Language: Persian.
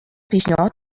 پیشنهاد